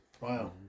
wow